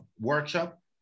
workshop